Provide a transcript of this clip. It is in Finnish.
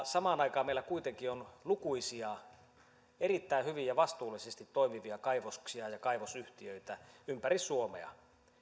samaan aikaan meillä kuitenkin on lukuisia erittäin hyvin ja vastuullisesti toimivia kaivoksia ja kaivosyhtiöitä ympäri suomea